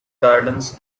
gardens